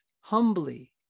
humbly